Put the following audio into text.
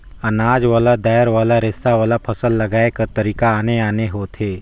अनाज वाला, दायर वाला, रेसा वाला, फसल लगाए कर तरीका आने आने होथे